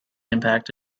impact